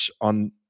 on